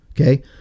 Okay